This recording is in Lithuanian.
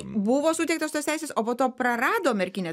buvo suteiktos tos teisės o po to prarado merkinė